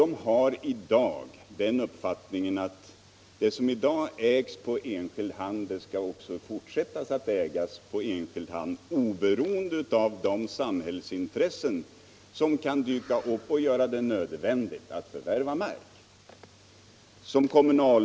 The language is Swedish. De har tydligen den uppfattningen att det som i dag ägs på enskild hand skall fortsätta att ägas på enskild hand —- oberoende av de samhällsintressen som kan dyka upp och göra det nödvändigt att samhället förvärvar mark.